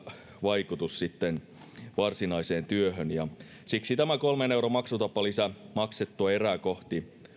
vaikutus varsinaiseen työhön siksi tämä kolmen euron maksutapalisä maksettua erää kohti